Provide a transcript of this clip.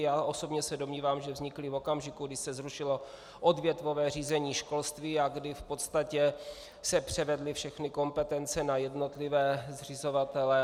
Já osobně se domnívám, že vznikly v okamžiku, kdy se zrušilo odvětvové řízení školství a kdy v podstatě se převedly všechny kompetence na jednotlivé zřizovatele.